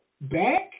back